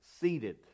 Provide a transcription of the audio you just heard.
seated